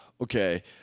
Okay